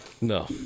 No